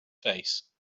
face